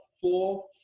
four